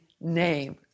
name